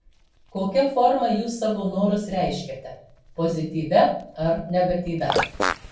kokia forma jūs savo norus reiškiate pozityvia ar negatyvia